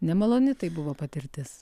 nemaloni tai buvo patirtis